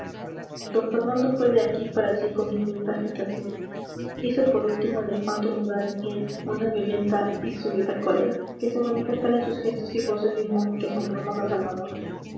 d fernando fue de aquí para allí con inmensa agitación hizo por último el espanto lugar en él una violenta y súbita cólera que se manifestara en sus gestos y voces de un modo que asombró más a salvador